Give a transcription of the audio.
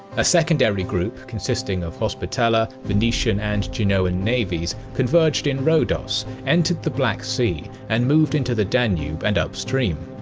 a secondary group consisting of hospitaller, venetian and genoan navies converged in rhodes, entered the black sea and moved into the danube and upstream.